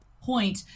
point